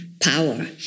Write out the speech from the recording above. power